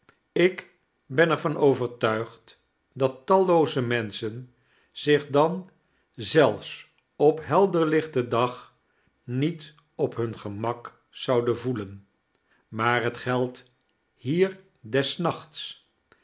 ik ben er van overtuigd dat tallooze menschen zich dan zelfs op helderlichten dag niet op bun gemak zoudan voelen maar het geldt bier des nacbts